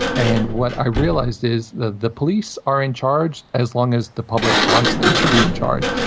and what i realized is the the police are in charge, as long as the public wants them to be in charge.